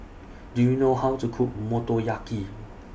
Do YOU know How to Cook Motoyaki